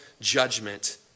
judgment